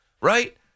Right